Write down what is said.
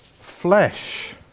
flesh